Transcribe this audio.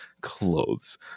clothes